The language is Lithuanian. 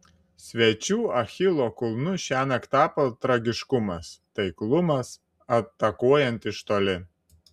svečių achilo kulnu šiąnakt tapo tragiškumas taiklumas atakuojant iš toli